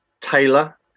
Taylor